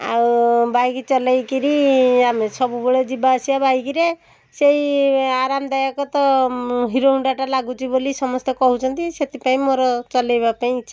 ଆଉ ବାଇକ୍ ଚଲାଇ କରି ଆମେ ସବୁବେଳେ ଯିବାଆସିବା ବାଇକ୍ରେ ସେଇ ଆରାମଦାୟକ ତ ହିରୋହୋଣ୍ଡାଟା ଲାଗୁଛି ବୋଲି ସମସ୍ତେ କହୁଛନ୍ତି ସେଥିପାଇଁ ମୋର ଚଲେଇବାପାଇଁ ଇଚ୍ଛା